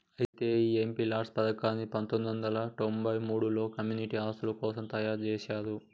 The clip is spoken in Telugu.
అయితే ఈ ఎంపీ లాట్స్ పథకాన్ని పందొమ్మిది వందల తొంభై మూడులలో కమ్యూనిటీ ఆస్తుల కోసం తయారు జేసిర్రు